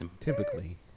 Typically